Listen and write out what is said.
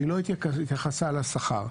היא לא התייחסה לשכר.